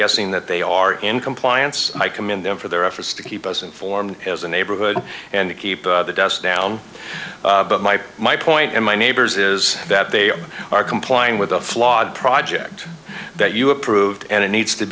guessing that they are in compliance i commend them for their efforts to keep us informed as a neighborhood and to keep the dust down but my my point and my neighbors is that they are complying with the flawed project that you approved and it needs to